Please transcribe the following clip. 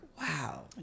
wow